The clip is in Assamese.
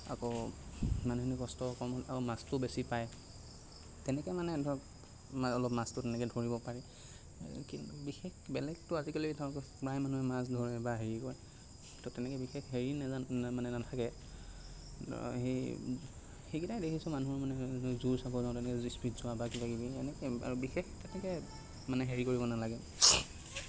আকৌ মানুহখিনিৰ কষ্ট কম হ'লে মাছটোও বেছি পায় তেনেকে মানে ধৰক অলপ মাছটো তেনেকে ধৰিব পাৰে বিশেষ বেলেগটো আজিকালি ধৰক প্ৰায় মানুহে মাছ ধৰে বা হেৰি কৰে ত' তেনেকে বিশেষ হেৰি নাজানোঁ মানে নাথাকে সেইকেইটাই দেখিছোঁ মানুহৰ মানে জুৰ চাব যাওঁতে যোৱা বা কিবা কিবি এনেকেই বিশেষ তেনেকে মানে হেৰি কৰিব নালাগে